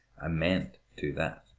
i mayn't do that.